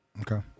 Okay